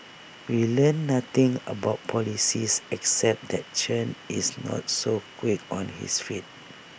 we learnt nothing about policies except that Chen is not so quick on his feet